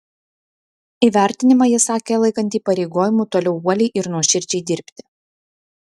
įvertinimą ji sakė laikanti įpareigojimu toliau uoliai ir nuoširdžiai dirbti